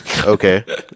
Okay